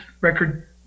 record